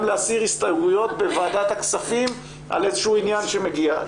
גם להסיר הסתייגויות בוועדת הכספים על איזה שהוא עניין שמגיע.